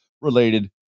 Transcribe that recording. related